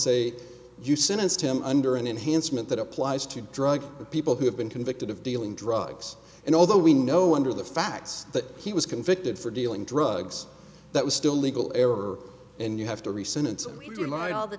say you sentenced him under an enhancement that applies to drug people who have been convicted of dealing drugs and although we know under the facts that he was convicted for dealing drugs that was still legal error and you have to re